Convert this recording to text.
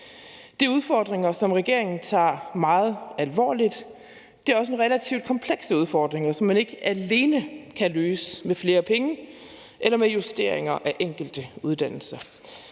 Det er udfordringer, som regeringen tager meget alvorligt, og det er også nogle relativt komplekse udfordringer, som man ikke alene kan løse med flere penge eller med justeringer af enkelte uddannelser.